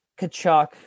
Kachuk